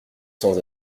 sans